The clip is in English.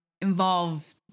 involved